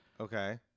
okay